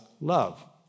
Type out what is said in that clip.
love